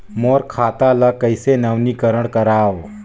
मोर खाता ल कइसे नवीनीकरण कराओ?